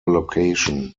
location